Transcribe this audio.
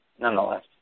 Nonetheless